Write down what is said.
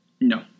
No